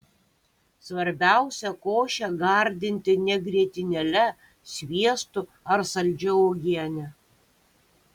svarbiausia košę gardinti ne grietinėle sviestu ar saldžia uogiene